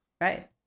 Right